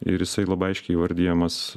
ir jisai labai aiškiai įvardijamas